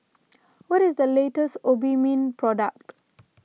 what is the latest Obimin product